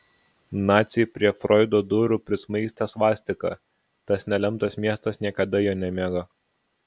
naciai prie froido durų prismaigstė svastiką tas nelemtas miestas niekada jo nemėgo